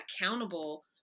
accountable